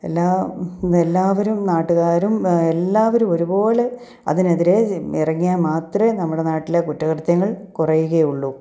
എല്ലാ എല്ലാവരും നാട്ടുകാരും എല്ലാവരും ഒരു പോലെ അതിനെതിരെ ഇറങ്ങിയാൽ മാത്രമേ നമ്മുടെ നാട്ടിലെ കുറ്റകൃത്യങ്ങൾ കുറയുകയുള്ളു